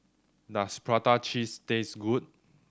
does prata cheese taste good